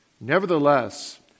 Nevertheless